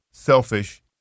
selfish